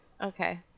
Okay